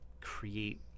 create